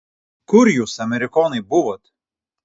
kur jūs amerikonai buvot